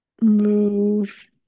move